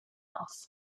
off